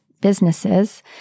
businesses